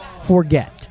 forget